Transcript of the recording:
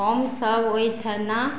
हमसब ओइठना